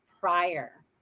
prior